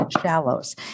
shallows